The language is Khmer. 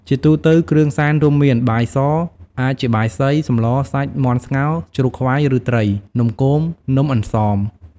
ជាទូទៅគ្រឿងសែន រួមមាន បាយស អាចជាបាយសី សម្ល សាច់ មាន់ស្ងោរ ជ្រូកខ្វៃ ឬត្រី នំគម នំអន្សម។